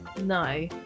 No